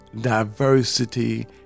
diversity